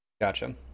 Gotcha